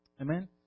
Amen